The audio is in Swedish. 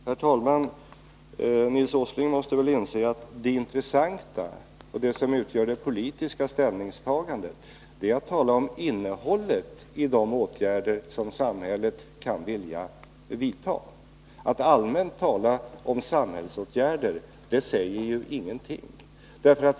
Herr talman! Nils Åsling måste väl inse att det intressanta och det som utgör ett politiskt ställningstagande är att tala om innehållet i de åtgärder som samhället kan vilja vidta. Att bara allmänt tala om samhällsåtgärder säger ju ingenting.